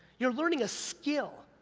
you're learning a skill,